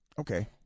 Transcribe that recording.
okay